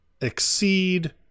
exceed